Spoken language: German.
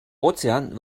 ozean